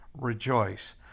rejoice